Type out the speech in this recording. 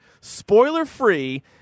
spoiler-free